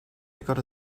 gotta